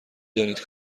دانید